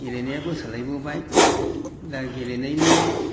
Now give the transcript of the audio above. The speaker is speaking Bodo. गेलेनायाबो सोलायबोबाय दा गेलेनायनि